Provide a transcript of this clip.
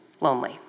lonely